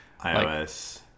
iOS